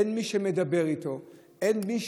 אין מי שידבר איתו,